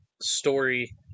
story